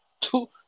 two –